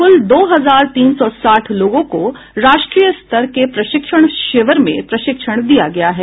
कुल दो हजार तीन सौ साठ लोगों को राष्ट्रीय स्तर के प्रशिक्षण शिविर में प्रशिक्षण दिया गया है